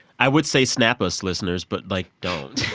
i would say snap us listeners, but, like, don't